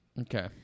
okay